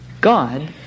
God